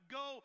go